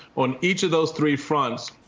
on each of those three fronts,